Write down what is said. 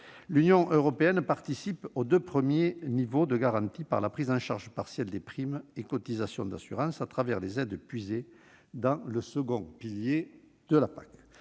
L'Union européenne participe aux deux premiers niveaux de garantie par la prise en charge partielle des primes ou cotisations d'assurance, les aides puisées dans le second pilier de la